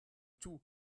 tout